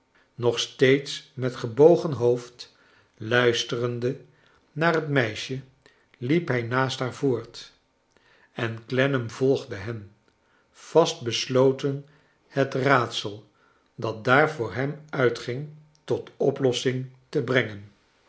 nog steeds met gebogen hoofd luisterende naar het meisje liep hij naast haar voort en glennam volgde hen vastbesloten het raadsel dat daar voor hem uitging tot oplossing te brengen